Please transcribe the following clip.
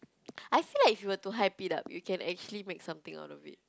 I feel like if you were to hype it up you can actually make something out of it